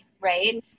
right